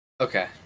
Okay